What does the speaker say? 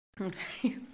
Okay